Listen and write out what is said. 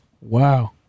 Wow